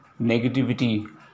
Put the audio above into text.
negativity